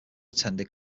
attended